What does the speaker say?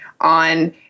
on